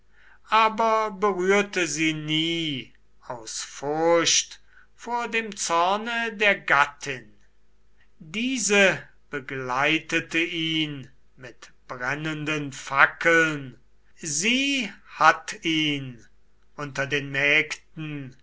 aber berührte sie nie aus furcht vor dem zorne der gattin diese begleitete ihn mit brennenden fackeln sie hatt ihn unter den mägden